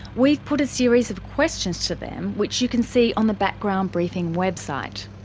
we've put a series of questions to them which you can see on the background briefing website.